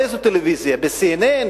באיזו טלוויזיה, ב-CNN?